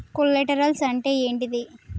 Collaterals అంటే ఏంటిది?